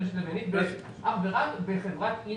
אך רק בחברה...